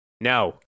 No